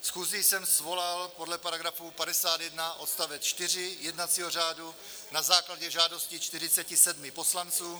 Schůzi jsem svolal podle § 51 odst. 4 jednacího řádu na základě žádosti 47 poslanců.